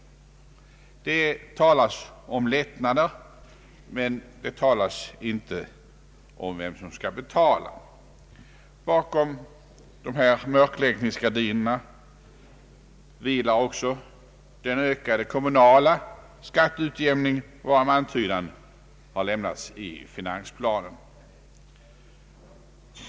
Det talas om lättnader, men det talas inte om vem som skall betaia. Bakom dessa mörkläggningsgardiner vilar också den ökade kommunala skatteutjämning, varom antydan har lämnats i finansplanen.